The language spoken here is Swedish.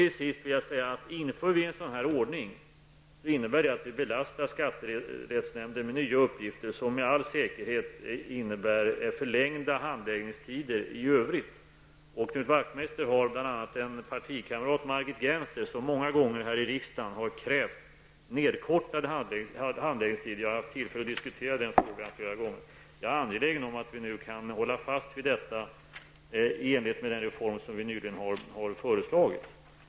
Slutligen vill jag säga att om vi inför en sådan ordning innebär det att vi belastar skatterättsnämnden med nya uppgifter som med all säkerhet innebär förlängda handläggningstider i övrigt. Och Knut Wachtmeister har bl.a. en partikamrat, Margit Gennser, som många gånger här i riksdagen har krävt en förkortning av handläggningstiderna. Jag har haft tillfälle att diskutera den frågan flera gånger. Jag är angelägen om att vi nu kan hålla fast vid detta i enlighet med den reform som vi nyligen har föreslagit.